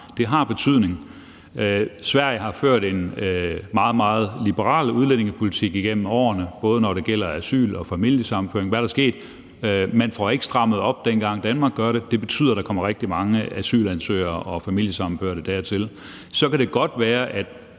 Det har betydning. Sverige har ført en meget, meget liberal udlændingepolitik igennem årene, både når det gælder asyl, og når det gælder familiesammenføring, og hvad er der sket? Man får ikke strammet op, dengang Danmark gør det, og det betyder, at der kommer rigtig mange asylansøgere og familiesammenførte dertil. Så kan det godt være, at